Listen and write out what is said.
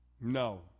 no